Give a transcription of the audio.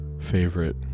Favorite